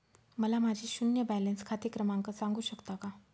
मला माझे शून्य बॅलन्स खाते क्रमांक सांगू शकता का?